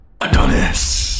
Adonis